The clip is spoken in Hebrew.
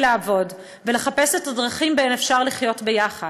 לעבוד ולחפש את הדרכים שבהן אפשר לחיות ביחד.